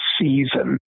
season